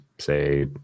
say